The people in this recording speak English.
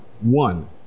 one